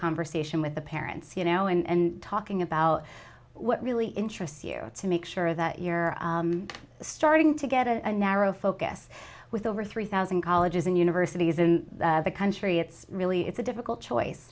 conversation with the parents you know and talking about what really interests you to make sure that you're starting to get a narrow focus with over three thousand colleges and universities in the country it's really it's a difficult choice